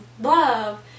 love